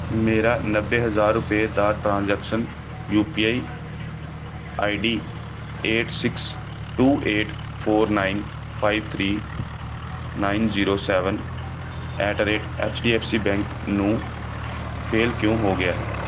ਮੇਰਾ ਨੱਬੇ ਹਜ਼ਾਰ ਰੁਪਏ ਦਾ transaction U P I I D eight six two eight four nine five three nine zero seven at rate H D F C bank ਨੂੰ fail ਕਿਉਂ ਹੋ ਗਿਆ ਹੈ